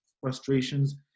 frustrations